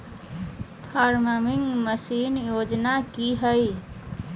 Farming machine योजना कि हैय?